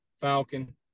Falcon